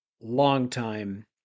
long-time